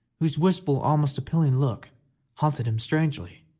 whose wistful, almost appealing look haunted him strangely,